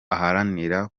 aharanira